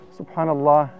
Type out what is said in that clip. subhanallah